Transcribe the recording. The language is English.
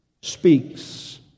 speaks